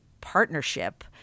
partnership